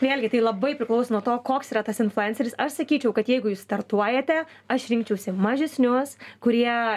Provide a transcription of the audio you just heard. vėlgi tai labai priklauso nuo to koks yra tas influenceris aš sakyčiau kad jeigu jūs startuojate aš rinkčiausi mažesnius kurie